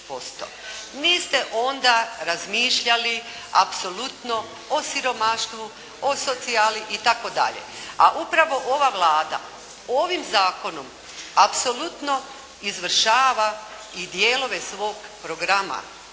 Niste onda razmišljali apsolutno o siromaštvu, o socijali i tako dalje. A upravo ova Vlada ovim zakonom apsolutno izvršava i dijelove svog programa